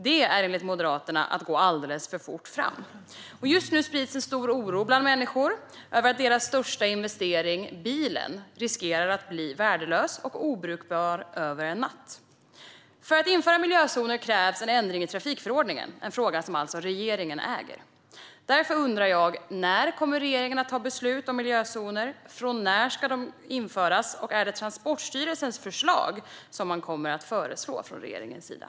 Detta är enligt Moderaterna att gå alldeles för fort fram. Just nu sprids en stor oro bland människor över att deras största investering - bilen - riskerar att bli värdelös och obrukbar över en natt. För att införa miljözoner krävs en ändring i trafikförordningen; det är alltså en fråga som regeringen äger. Därför undrar jag: När kommer regeringen att fatta beslut om miljözoner, när ska de införas och är det Transportstyrelsens förslag som regeringen kommer att lägga fram?